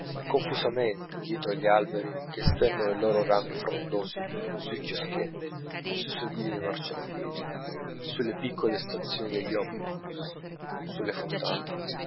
confusamente dietro agli alberi che stendono i loro rami frondosi sui chioschetti sui sedili dei marciapiedi sulle piccole stazioni degli omnibus sulle fontane